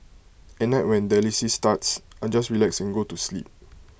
at night when dialysis starts I just relax and go to sleep